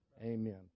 Amen